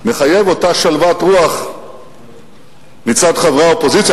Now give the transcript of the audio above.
מחייב אותה שלוות רוח מצד חברי האופוזיציה.